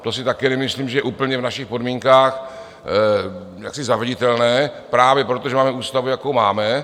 To si také nemyslím, že je úplně v našich podmínkách zaveditelné, právě proto, že máme ústavu, jakou máme.